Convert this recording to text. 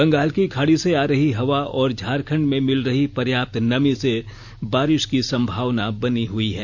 बंगाल की खाड़ी से आ रही हवा और झारखंड में मिल रही पर्याप्त नमी से बारिष की संभावना बनी हुई है